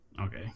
Okay